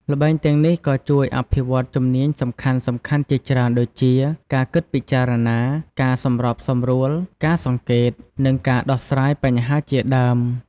ល្បែងទាំងនេះក៏ជួយអភិវឌ្ឍជំនាញសំខាន់ៗជាច្រើនដូចជា ការគិតពិចារណា ការសម្របសម្រួល ការសង្កេត និងការដោះស្រាយបញ្ហាជាដើម។